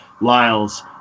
Lyles